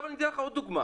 אני אתן עוד דוגמה.